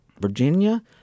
Virginia